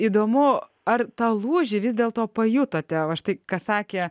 įdomu ar tą lūžį vis dėlto pajutote va štai ką sakė